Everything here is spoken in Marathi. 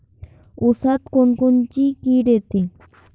ऊसात कोनकोनची किड येते?